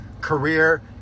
career